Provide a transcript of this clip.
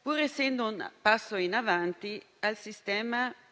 Pur essendo un passo in avanti, il sistema è su base